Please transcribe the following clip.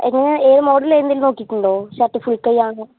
അത് ഏത് മോഡലാന്ന് നോക്കിക്കൂടെ ഷർട്ട് ഫുൾക്കൈ ആണോ